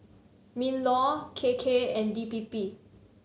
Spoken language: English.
Minlaw K K and D P P